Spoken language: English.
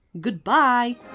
Goodbye